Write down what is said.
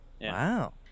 Wow